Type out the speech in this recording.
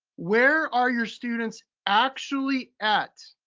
where are your students actually at?